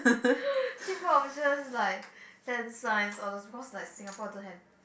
cheaper options like fans signs or the because like Singapore don't have